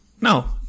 No